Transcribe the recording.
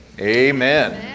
Amen